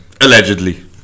Allegedly